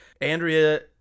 andrea